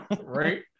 Right